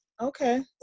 Okay